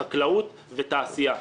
חקלאות ותעשייה.